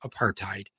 apartheid